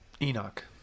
enoch